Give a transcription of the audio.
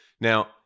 Now